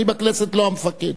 אני בכנסת לא המפקד.